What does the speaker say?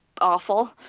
awful